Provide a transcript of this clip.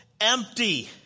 empty